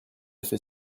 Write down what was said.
fait